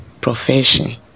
profession